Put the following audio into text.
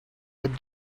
with